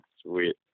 Sweet